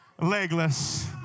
legless